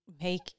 Make